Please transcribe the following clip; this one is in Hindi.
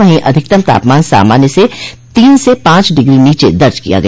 वहीं अधिकतम तापमान सामान्य से तीन से पांच डिग्री नीचे दर्ज किया गया